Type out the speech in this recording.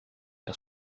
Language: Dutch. had